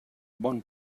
bon